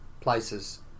places